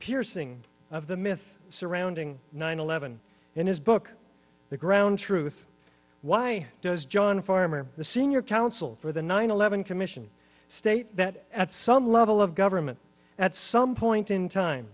piercing of the myth surrounding nine eleven in his book the ground truth why does john farmer the senior counsel for the nine eleven commission state that at some level of government at some point in time